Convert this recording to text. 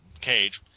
cage